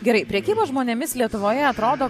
gerai prekyba žmonėmis lietuvoje atrodo